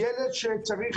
ילד שצריך